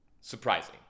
surprising